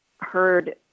heard